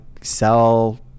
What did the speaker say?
sell